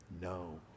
no